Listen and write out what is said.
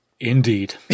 Indeed